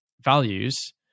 values